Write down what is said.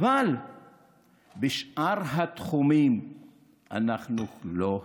אבל בשאר התחומים אנחנו לא הצלחנו.